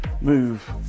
move